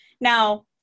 Now